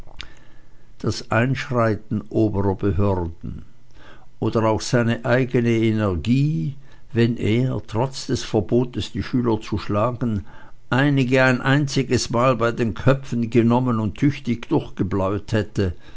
das einschreiten oberer behörden oder auch seine eigene energie wenn er trotz des verbotes die schüler zu schlagen einige ein einziges mal bei den köpfen genommen und tüchtig durchgebleut hätte